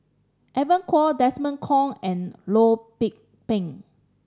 Evon Kow Desmond Kon and Loh Peng